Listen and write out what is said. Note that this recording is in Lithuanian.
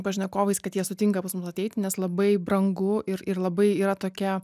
pašnekovais kad jie sutinka pas mus ateiti nes labai brangu ir ir labai yra tokia